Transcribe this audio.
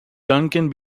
duncan